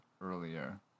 earlier